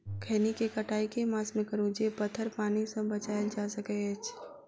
खैनी केँ कटाई केँ मास मे करू जे पथर पानि सँ बचाएल जा सकय अछि?